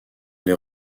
les